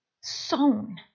sown